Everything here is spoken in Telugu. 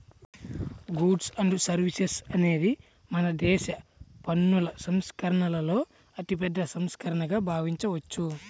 గూడ్స్ అండ్ సర్వీసెస్ అనేది మనదేశ పన్నుల సంస్కరణలలో అతిపెద్ద సంస్కరణగా భావించవచ్చు